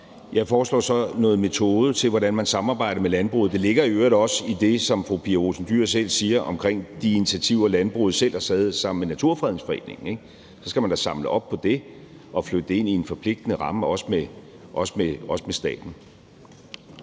Jeg foreslår så noget metode til, hvordan man samarbejder med landbruget. Det ligger i øvrigt også i det, som fru Pia Olsen Dyhr selv siger omkring de initiativer, landbruget selv har taget sammen med Danmarks Naturfredningsforening, ikke? Så skal man da samle op på det og flytte det ind i en forpligtende ramme, også med staten.